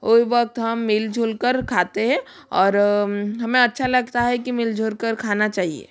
वह वक्त हम मिल जुल कर खाते हैं और हमें अच्छा लगता है कि मिल जुल कर खाना चाहिए